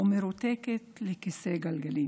ומרותקת לכיסא גלגלים.